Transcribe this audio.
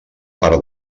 part